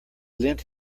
lent